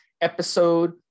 episode